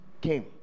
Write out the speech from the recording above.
came